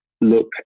look